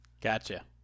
Gotcha